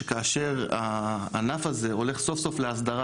כאשר הענף הזה הולך סוף-סוף להסדרה